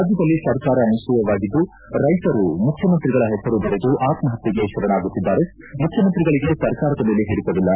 ರಾಜ್ಯದಲ್ಲಿ ಸರ್ಕಾರ ನಿಷ್ಠಿಯವಾಗಿದ್ದು ರೈತರು ಮುಖ್ಯಮಂತ್ರಿಗಳ ಹೆಸರು ಬರೆದು ಆತ್ಮಪತ್ಯೆಗೆ ಶರಣಾಗುತ್ತಿದ್ದಾರೆ ಮುಖ್ಯಮಂತ್ರಿಗಳಿಗೆ ಸರ್ಕಾರದ ಮೇಲೆ ಓಡಿತವಿಲ್ಲ